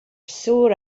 sore